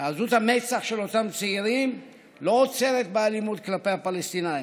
ועזות המצח של אותם צעירים לא עוצרת באלימות כלפי הפלסטינים,